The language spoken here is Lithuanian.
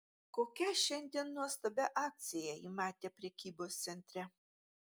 kokią šiandien nuostabią akciją ji matė prekybos centre